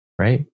right